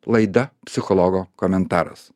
laida psichologo komentaras